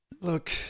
Look